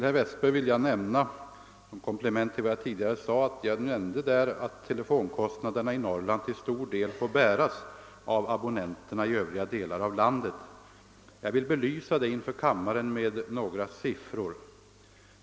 Herr talman! Som komplement till vad jag tidigare sade om att telefonkostnaderna i Norrland till stor del får bäras av abonnenterna i övriga delar av landet vill jag belysa detta för kammarens ledamöter med några siffror.